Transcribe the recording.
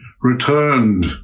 returned